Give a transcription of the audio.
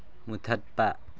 ꯃꯨꯊꯠꯄ